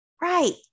Right